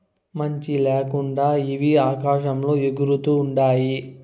మంచి ల్యాకుండా ఇవి ఆకాశంలో ఎగురుతూ ఉంటాయి